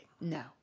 No